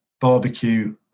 Barbecue